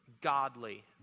godly